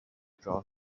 draw